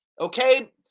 okay